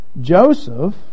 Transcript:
Joseph